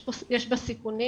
יש בה סיכונים.